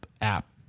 app